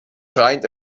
schreiend